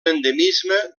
endemisme